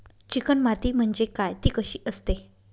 Chicken माती म्हणजे काय? ति कशी असते?